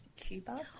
Cuba